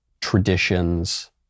traditions